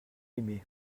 aimé